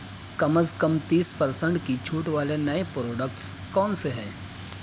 کم از کم تیس پر سنٹ کی چھوٹ والے نئے پروڈکٹس کون سے ہیں